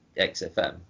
XFM